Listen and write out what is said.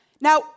Now